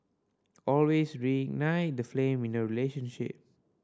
always reignite the flame in your relationship